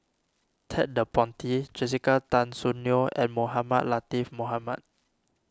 Ted De Ponti Jessica Tan Soon Neo and Mohamed Latiff Mohamed